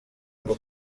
ngo